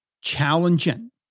challenging